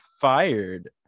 fired